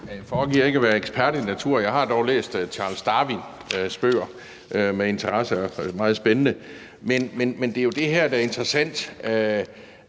Jeg foregiver ikke at være naturekspert, men jeg har dog læst Charles Darwins bøger med interesse. De er meget spændende. Men det, der jo er interessant,